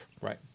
Right